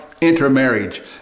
intermarriage